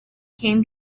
came